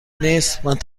نیست